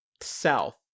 south